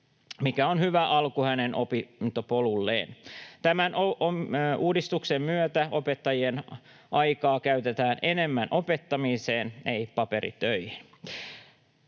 mikä on hyvä alku hänen opintopolulleen. Tämän uudistuksen myötä opettajien aikaa käytetään enemmän opettamiseen, ei paperitöihin.